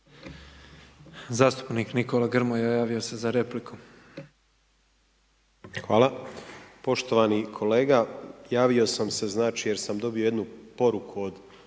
Zastupnik Nikola Grmoja, javio se za repliku. **Grmoja, Nikola (MOST)** Poštovani kolega, javio sam se znači jer sam dobio jednu poruku od